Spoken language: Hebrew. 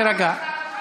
תירגע.